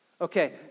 Okay